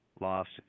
lost